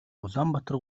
улаанбаатар